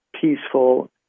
peaceful